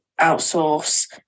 outsource